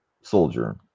soldier